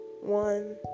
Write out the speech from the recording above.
one